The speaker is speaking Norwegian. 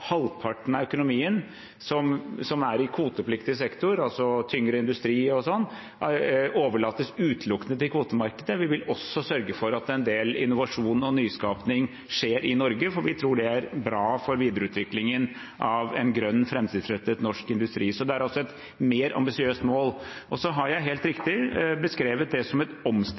halvparten av økonomien som er i kvotepliktig sektor, altså tyngre industri m.m., overlates utelukkende til kvotemarkedet – vi vil også sørge for at en del innovasjon og nyskaping skjer i Norge, for vi tror det er bra for videreutviklingen av en grønn, framtidsrettet norsk industri. Så det er altså et mer ambisiøst mål. Jeg har også helt riktig beskrevet det som et